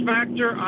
Factor